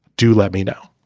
do let me know